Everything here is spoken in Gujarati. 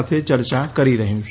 સાથે ચર્ચા કરી રહ્યું છે